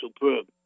superb